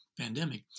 pandemic